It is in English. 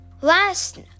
Last